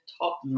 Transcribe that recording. top